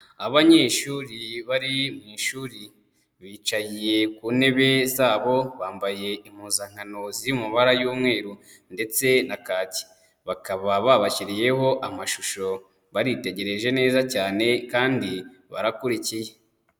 Abanyeshuri bari mu ishuri bicaye ku ntebe zabo, bambaye impuzankano ziri mu mbara y'umweru ndetse na kaki, bakaba babashyiriyeho amashusho baritegereje neza cyane kandi barakurikiye.